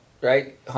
right